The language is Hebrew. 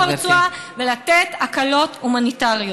לשיקום הרצועה ולתת הקלות הומניטריות.